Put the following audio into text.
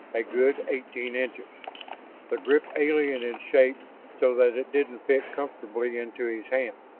a good eighteen inches the grip alien in shape so that it didn't fit comfortably into his hand,